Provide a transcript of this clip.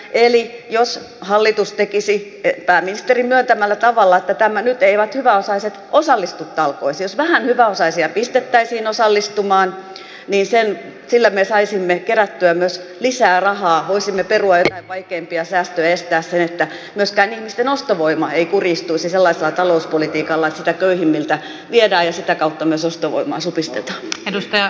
eli jos hallitus tekisi niin pääministeri on myöntänyt että nyt eivät hyväosaiset osallistu talkoisiin että vähän hyväosaisia pistettäisiin osallistumaan niin sillä me saisimme kerättyä myös lisää rahaa voisimme perua joitain vaikeimpia säästöjä ja estää sen että myöskään ihmisten ostovoima ei kurjistuisi sellaisella talouspolitiikalla että sitä köyhimmiltä viedään ja sitä kautta myös ostovoimaa supistetaan